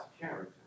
character